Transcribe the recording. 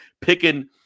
picking